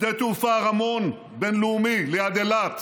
שדה התעופה רמון, בין-לאומי, ליד אילת,